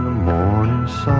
lawrence